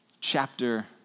chapter